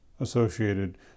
associated